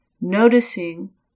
noticing